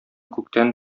күктән